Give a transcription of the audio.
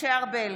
משה ארבל,